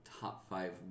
top-five